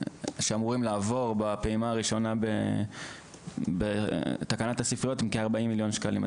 שאמורים לעבור בפעימה הראשונה בתקנת הספריות הם כארבעים מיליון שקלים.